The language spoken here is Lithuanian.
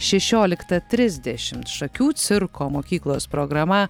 šešioliktą trisdešimt šakių cirko mokyklos programa